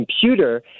computer